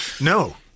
No